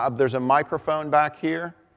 um there's a microphone back here,